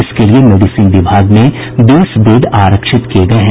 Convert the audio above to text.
इसके लिए मेडिसिन विभाग में बीस बेड आरक्षित किये गये हैं